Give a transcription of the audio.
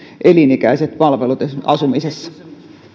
elinikäiset palvelut esimerkiksi asumisessa